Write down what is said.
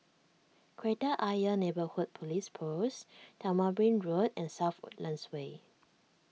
Kreta Ayer Neighbourhood Police Post Tamarind Road and South Woodlands Way